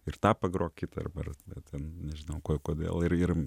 ir tą pagrokit arba tą nežinau ko kodėl ir ir